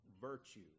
virtue